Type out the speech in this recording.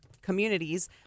communities